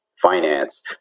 finance